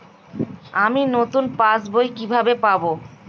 আমি নতুন পাস বই কিভাবে পাব?